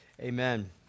Amen